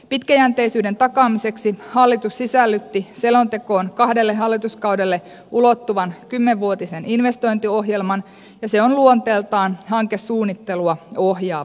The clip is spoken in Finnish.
pitkäjänteisyyden takaamiseksi hallitus sisällytti selontekoon kahdelle hallituskaudelle ulottuvan kymmenvuotisen investointiohjelman ja se on luonteeltaan hankesuunnittelua ohjaava